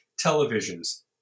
televisions